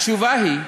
התשובה היא: